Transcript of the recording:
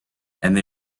and